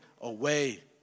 away